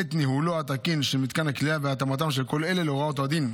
את ניהולו התקין של מתקן הכליאה והתאמתם של כל אלה להוראות הדין.